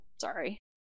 Sorry